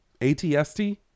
Atst